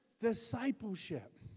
Discipleship